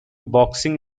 boxing